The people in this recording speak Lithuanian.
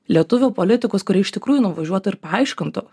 lietuvių politikus kurie iš tikrųjų nuvažiuotų ir paaiškintų